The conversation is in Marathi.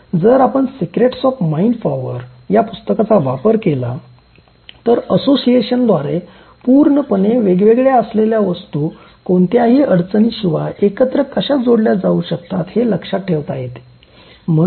जर आपण सिक्रेट्स ऑफ माइंड पॉवर या पुस्तकांचा वापर केला तर असोसिएशनद्वारे पूर्णपणे वेगवेगळ्या असलेल्या वस्तू कोणत्याही अडचणीशिवाय एकत्र कशा जोडल्या जाऊ शकतात हे लक्षात ठेवता येतात